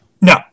No